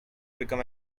become